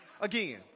again